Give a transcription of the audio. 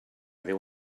déu